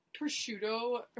prosciutto